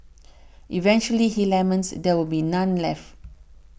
eventually he laments there will be none left